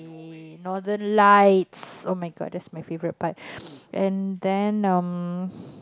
way Northern Light oh-my-god that's my favourite part and then um